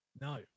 no